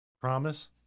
Promise